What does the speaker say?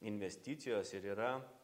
investicijos ir yra